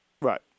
Right